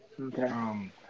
Okay